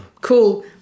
Cool